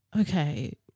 okay